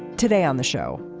today on the show.